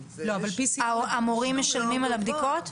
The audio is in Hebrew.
המורים משלמים על הבדיקות?